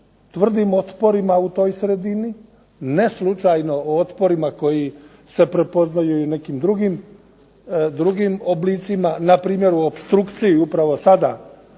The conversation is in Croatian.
tvrdim otporima u toj sredini. Ne slučajno o otporima koji se prepoznaju i u nekim drugim oblicima npr. u opstrukciji upravo sada.